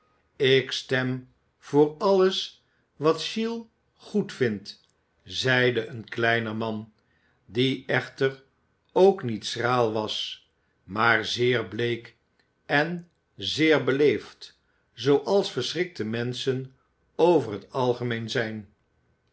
ik stem voor alles wat qiles goedvindt zeide een kleiner man die echter ook niet schraal was maar zeer bleek en zeer beleefd zooals verschrikte menschen over het algemeen zijn